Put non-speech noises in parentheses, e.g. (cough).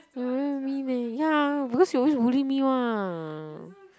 (noise) you very mean eh ya because you always bully me one